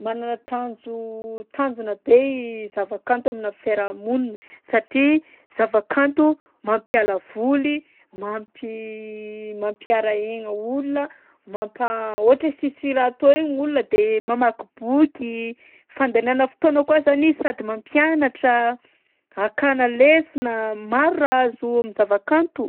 Manana tanjo- tanjona be i zava-kanto aminà fiarahamonina satria zava-kanto mampiala voly, mampi- mampiara aigna olona, mampa- ohatra hoe sisy raha atao igny olona de mamaky boky, fandaniana fotoana koa zany izy sady mampianatra, hakana lesona, maro raha azo am'zava-kanto.